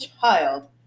child